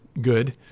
good